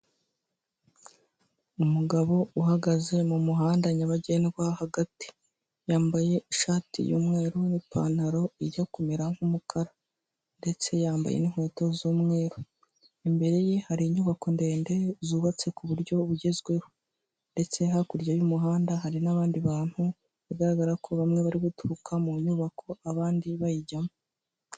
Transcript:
Umugabo uhagaze mu muhanda nyabagendwa hagati, yambaye ishati y'umweru n'ipantaro ijya kumera nk'umukara ndetse yambaye n'inkweto z'umweru, imbere ye hari inyubako ndende zubatse ku buryo bugezweho ndetse hakurya y'umuhanda hari n'abandi bantu bigaragara ko bamwe bari guturuka mu nyubako, abandi bayijyamo.